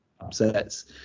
upsets